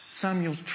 Samuel